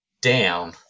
down